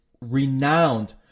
renowned